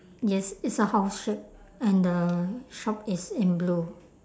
yes it's a house shape and the shop is in blue